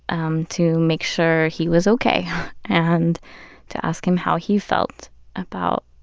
um to make sure he was ok and to ask him how he felt about